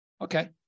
Okay